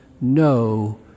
no